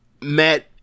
Matt